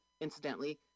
incidentally